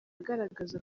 agaragaza